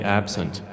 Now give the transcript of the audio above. absent